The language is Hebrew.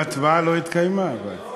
ההצבעה עוד לא התקיימה, אבל.